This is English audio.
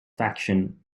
faction